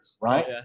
right